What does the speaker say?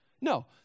No